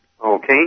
Okay